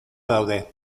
daude